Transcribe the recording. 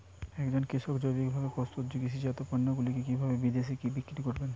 একজন কৃষক জৈবিকভাবে প্রস্তুত কৃষিজাত পণ্যগুলি কিভাবে বিদেশে বিক্রি করবেন?